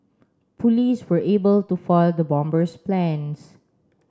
police were able to foil the bomber's plans